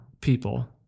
people